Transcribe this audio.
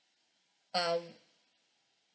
um